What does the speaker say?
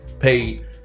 paid